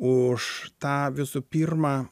už tą visų pirma